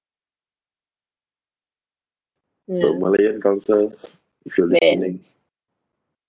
ya where